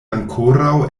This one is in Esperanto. ankoraŭ